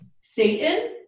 Satan